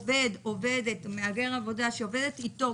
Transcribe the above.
גם לעובדים עצמם לא תמיד יש את היכולות לעשות את זה.